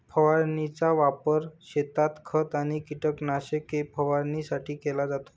फवारणीचा वापर शेतात खत आणि कीटकनाशके फवारणीसाठी केला जातो